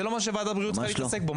זה לא מה שוועדת בריאות צריכה להתעסק בו.